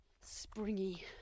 springy